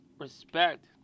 respect